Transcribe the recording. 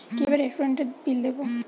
কিভাবে রেস্টুরেন্টের বিল দেবো?